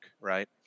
right